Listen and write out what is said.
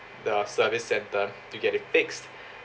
the service centre to get it fixed